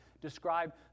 describe